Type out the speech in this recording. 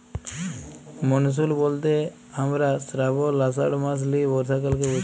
monsoon ব্যলতে হামরা শ্রাবল, আষাঢ় মাস লিয়ে বর্ষাকালকে বুঝি